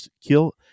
kill